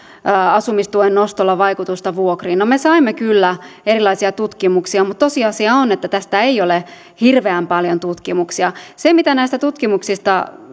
asumistuen nostolla vaikutusta vuokriin me saimme kyllä erilaisia tutkimuksia mutta tosiasia on että tästä ei ole hirveän paljon tutkimuksia se mitä näistä tutkimuksista